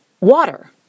water